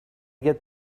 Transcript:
get